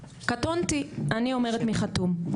קטונתי, אני אומרת מי חתום.